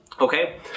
Okay